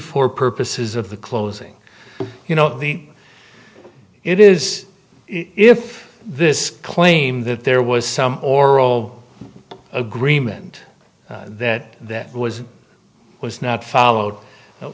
for purposes of the closing you know the it is if this claim that there was some oral agreement that that was was not followed